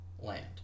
land